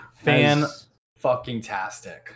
Fan-fucking-tastic